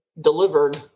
delivered